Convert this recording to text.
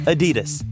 Adidas